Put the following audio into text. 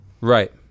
Right